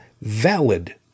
valid